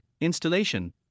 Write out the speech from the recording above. installation